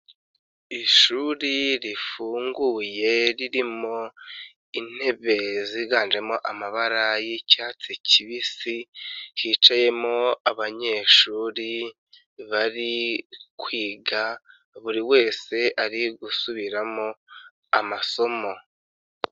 Ishuri rifunguye ririmo intebe ziganjemo amabara y'icyatsi kibisi, hicayemo abanyeshuri bari kwiga, buri wese ari gusubiramo amasomo.